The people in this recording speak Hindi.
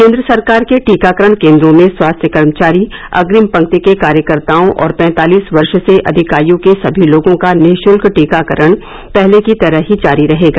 केंद्र सरकार के टीकाकरण केंद्रों में स्वास्थ्य कर्मचारी अग्रिम पंक्ति के कार्यकर्ताओं और पैंतालीस वर्ष से अधिक आयु के सभी लोगों का निःशुल्क टीकाकरण पहले की तरह ही जारी रहेगा